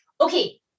okay